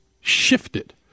shifted